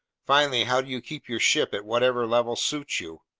finally, how do you keep your ship at whatever level suits you?